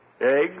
eggs